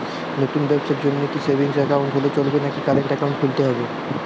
নতুন ব্যবসার জন্যে কি সেভিংস একাউন্ট হলে চলবে নাকি কারেন্ট একাউন্ট খুলতে হবে?